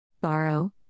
Borrow